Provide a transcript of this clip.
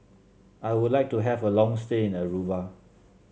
I would like to have a long stay in Aruba